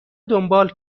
دنبال